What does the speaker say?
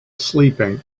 sleeping